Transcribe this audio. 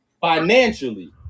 Financially